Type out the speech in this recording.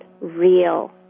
real